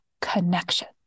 connection